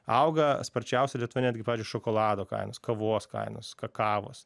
auga sparčiausiai lietuvoj netgi pavyzdžiui šokolado kainos kavos kainos kakavos